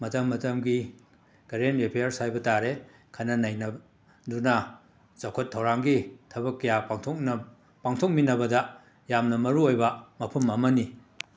ꯃꯇꯝ ꯃꯇꯝꯒꯤ current affairs ꯍꯥꯏꯕ ꯇꯥꯔꯦ ꯈꯟꯅ ꯅꯩꯅꯗꯨꯅ ꯆꯥꯎꯈꯠ ꯊꯧꯔꯥꯡꯒꯤ ꯊꯕꯛ ꯀꯌꯥ ꯄꯥꯡꯊꯣꯛꯅ ꯄꯥꯡꯊꯣꯛꯃꯤꯟꯅꯕꯗ ꯌꯥꯝꯅ ꯃꯔꯨꯑꯣꯏꯕ ꯃꯐꯝ ꯑꯃꯅꯤ